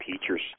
Teachers